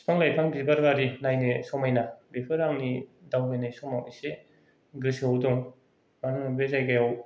बिफां लाइफां बिबार बारि नायनो समायना बेफोर आंनि दाबायनाय समाव एसे गोसोआव दं मानो होनोबा बे जायगायाव